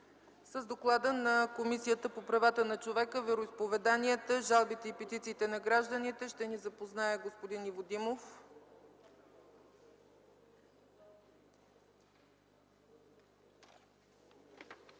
С доклада на Комисията по правата на човека, вероизповеданията, жалбите и петициите на гражданите ще ни запознае господин Иво Димов.